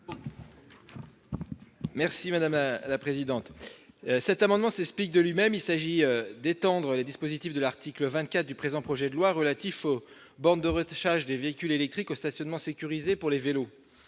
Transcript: l'amendement n° 362. Cet amendement s'explique de lui-même : il s'agit d'étendre les dispositifs de l'article 24 du présent projet de loi, relatif aux bornes de recharge des véhicules électriques, aux stationnements sécurisés pour les vélos.